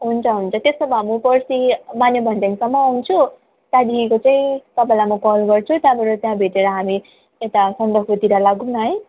हुन्छ हुन्छ त्यसो भने पर्सि माने भन्ज्याङसम्म आउँछु त्यहाँदेखिको चाहिँ तपाईँलाई म कल गर्छु त्यहाँबाट त्यहाँ भेटेर हामी यता सन्दकपुतिर लागौँ न है